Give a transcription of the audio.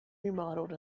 remodeled